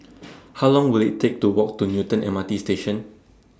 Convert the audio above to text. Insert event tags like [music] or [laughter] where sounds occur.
[noise] How Long Will IT Take to Walk to Newton M R T Station